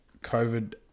COVID